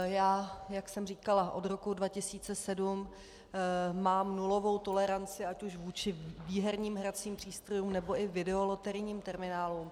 Já, jak jsem říkala, od roku 2007 mám nulovou toleranci ať už vůči výherním hracím přístrojům, nebo i videoloterijním terminálům.